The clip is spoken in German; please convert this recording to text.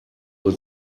uhr